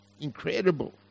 incredible